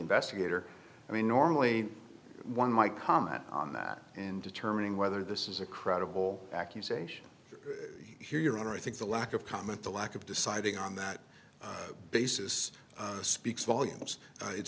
investigator i mean normally one might comment on that in determining whether this is a credible accusation here your honor i think the lack of comment the lack of deciding on that basis speaks volumes and it